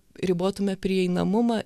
ribotume prieinamumą